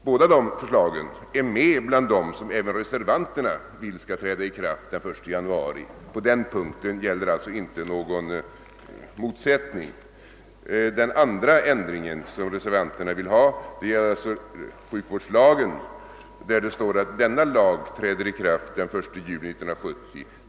Båda dessa förslag finns med bland dem som även reservanterna vill skall träda i kraft den 1 januari. På den punkten råder alltså inte någon motsättning. Den andra ändring som reservanterna vill ha gäller förslaget att ändringen i sjukvårdslagen skall träda i kraft den 1 juli 1970.